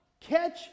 Catch